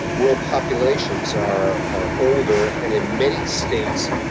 rural populations are are older and in many states,